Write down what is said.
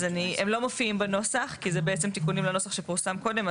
הם לא מופיעים בנוסח כי זה בעצם תיקונים לנוסח שפורסם קודם,